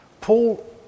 Paul